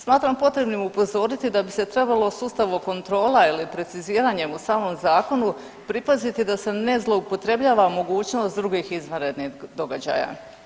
Smatram potrebnim upozoriti da bi se trebalo sustav kontrola ili preciziranjem u samom zakonu pripaziti da se ne zloupotrebljava mogućnost drugih izvanrednih događaja.